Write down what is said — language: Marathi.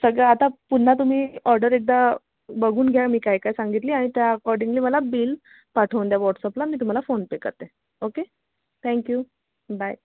सगळं आता पुन्हा तुम्ही ऑर्डर एकदा बघून घ्या मी काय काय सांगितली आणि त्या अकॉर्डिंगली मला बिल पाठवून द्या व्हॉट्सअपला मी तुम्हाला फोनपे करते ओके थँक यू बाय